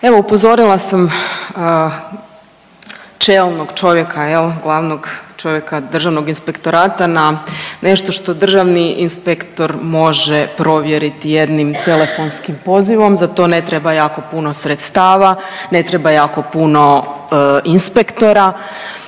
Evo upozorila sam čelnog čovjeka, je li, glavnog čovjeka Državnog inspektorata na nešto što državni inspektor može provjeriti jednim telefonskim pozivom. Za to ne treba jako puno sredstava, ne treba jako puno inspektora,